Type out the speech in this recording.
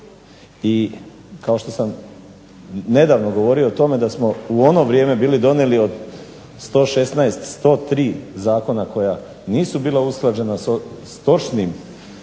i kao što sam nedavno govorio o tome da smo u ono vrijeme bili donijeli od 116, 103 zakona koja nisu bila usklađena s točno